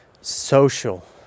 social